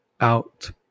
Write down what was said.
out